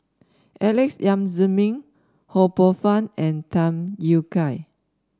Alex Yam Ziming Ho Poh Fun and Tham Yui Kai